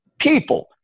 people